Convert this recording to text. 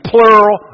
Plural